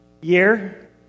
year